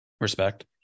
respect